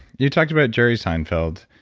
you talked about jerry seinfeld.